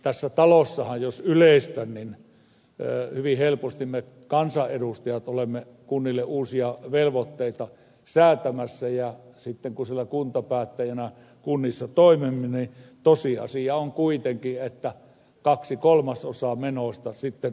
tässä talossahan jos yleistän hyvin helposti me kansanedustajat olemme kunnille uusia velvoitteita säätämässä ja sitten kun siellä kuntapäättäjänä kunnissa toimimme niin tosiasia on kuitenkin että kaksi kolmasosaa menoista maksavat kunnat